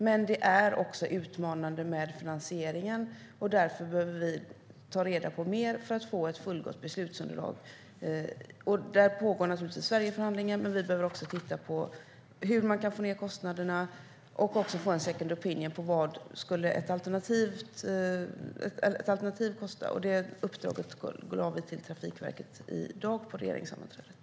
Men finansieringen är en utmaning. Därför behöver vi ta reda på mer för att få ett fullgott beslutsunderlag. Där pågår Sverigeförhandlingen, men vi behöver också titta på hur man kan få ned kostnaderna och få en second opinion om vad ett alternativ skulle kosta. Det uppdraget gav vi på regeringssammanträdet i dag till Trafikverket.